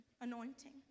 anointing